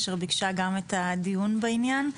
אשר ביקשה גם את הדיון בעניין.